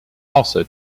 also